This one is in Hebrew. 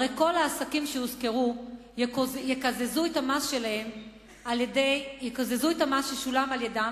הרי כל העסקים שהוזכרו יקזזו את המס ששולם על-ידם